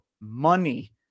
money